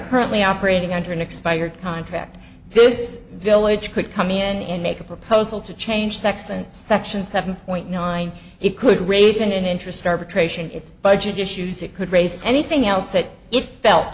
currently operating under an expired contract this village could come in and make a proposal to change sex and section seven point nine it could raise an interest arbitration it's budget issues it could raise anything else that it felt